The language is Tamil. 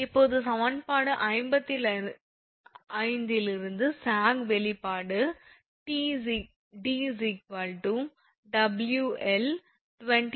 இப்போது சமன்பாடு 55 இலிருந்து sag வெளிப்பாடு 𝑑 𝑊𝐿28𝑇 என எழுதப்பட்டுள்ளது